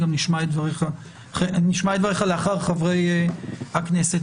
נשמע את דבריך לאחר חברי הכנסת.